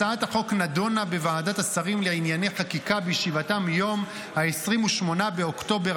הצעת החוק נדונה בוועדת השרים לענייני חקיקה בישיבתה מיום 28 באוקטובר